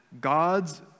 God's